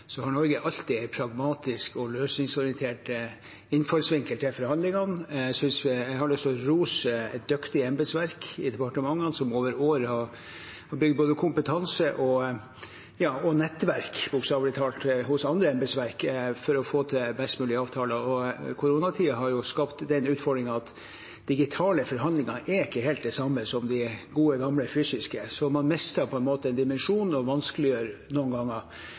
har Norge alltid en pragmatisk og løsningsorientert innfallsvinkel til forhandlingene. Jeg har lyst til å rose et dyktig embetsverk i departementene som over år har bygd både kompetanse og nettverk, bokstavelig talt, i andre embetsverk for å få til best mulig avtaler. Koronatiden har skapt den utfordringen at digitale forhandlinger er ikke helt det samme som de gode gamle fysiske. Man mister på en måte en dimensjon, og det vanskeliggjør noen ganger